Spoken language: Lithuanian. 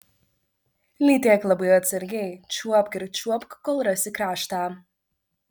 lytėk labai atsargiai čiuopk ir čiuopk kol rasi kraštą